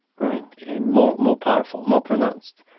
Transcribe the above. right. and more more powerful, more pronounced.